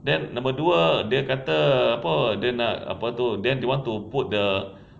then number dua dia kata apa dia nak apa tu then they want to put the